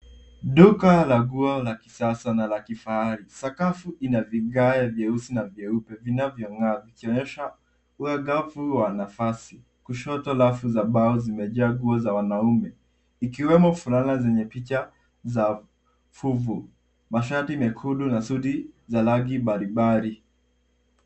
Duka la nguo la kisasa na la kifahari. Sakafu ina vigae vyeusi na vyeupe vinavyong'aa vikionyesha uangavu wa nafasi. Kushoto rafu za mbao zimejaa nguo za wanaume, ikiwemo fulana zenye picha za fuvu, mashati mekundu na suti za rangi mbalimbali.